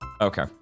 Okay